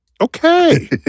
Okay